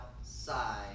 outside